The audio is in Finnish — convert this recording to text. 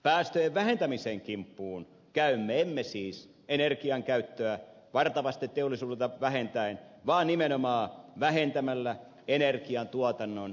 päästöjen vähentämisen kimppuun käymme emme siis energiankäyttöä varta vasten teollisuudelta vähentäen vaan nimenomaan vähentämällä energiantuotannon aiheuttamia päästöjä